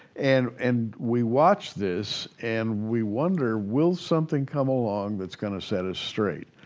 and and we watch this and we wonder, will something come along that's gonna set us straight?